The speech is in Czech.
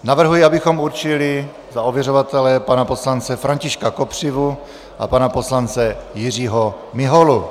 Navrhuji, abychom určili za ověřovatele pana poslance Františka Kopřivu a pana poslance Jiřího Miholu.